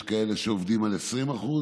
יש כאלה שעובדים על 20%,